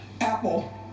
Apple